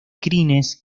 crines